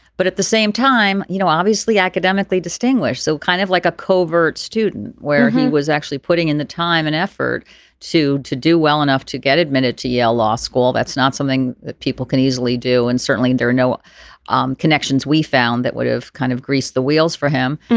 but at the same time you know obviously academically distinguished so kind of like a covert student where he was actually putting in the time and effort to to do well enough to get admitted to yale law school that's not something that people can easily do and certainly there are no um connections we found that would have kind of grease the wheels for him.